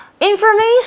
Information